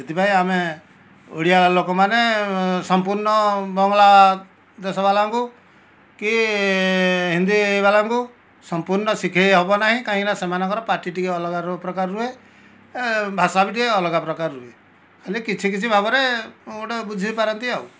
ସେଥିପାଇଁ ଆମେ ଓଡ଼ିଆ ଲୋକମାନେ ସମ୍ପୂର୍ଣ ବଙ୍ଗଳା ଦେଶବାଲାଙ୍କୁ କି ହିନ୍ଦୀବାଲାଙ୍କୁ ସମ୍ପୂର୍ଣ ଶିଖେଇ ହେବନାହିଁ କାହିଁକିନା ସେମାନଙ୍କର ପାଟି ଟିକେ ଅଲଗା ର ପ୍ରକାର ରୁହେ ଭାଷା ବି ଟିକେ ଅଲଗା ପ୍ରକାର ରୁହେ ଖାଲି କିଛି କିଛି ଭାବରେ ଗୋଟେ ବୁଝିପାରନ୍ତି ଆଉ